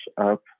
up